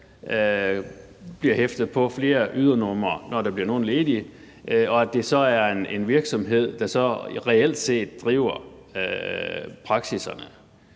bliver hæftet på flere ydernumre, når de bliver ledige, og at det så er en virksomhed, der reelt set driver praksisserne.